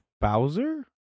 Bowser